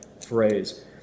phrase